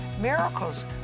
miracles